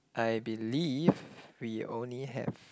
I believe we only have